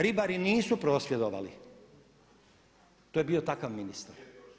Ribari nisu prosvjedovali, to je bio takav ministar.